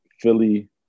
Philly